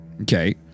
okay